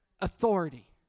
authority